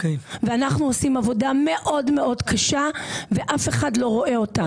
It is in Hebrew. ואנחנו עושים עבודה מאוד מאוד קשה ואף אחד לא רואה אותנו.